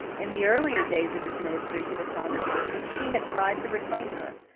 in the earlier days of his ministry to the congregation he had tried to reclaim her,